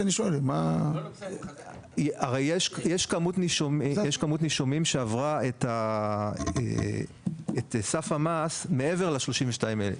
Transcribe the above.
יש כמות נישומים שעברה את סף המס מעבר ל-32,000,